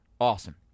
Awesome